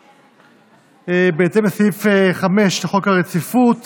ובהתאם לסעיף 5 לחוק רציפות